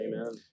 Amen